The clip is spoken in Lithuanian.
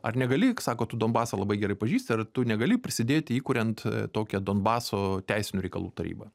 ar negali sako tu donbasą labai gerai pažįsti ar tu negali prisidėti įkuriant tokią donbaso teisinių reikalų tarybą